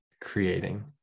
creating